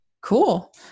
Cool